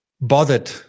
bothered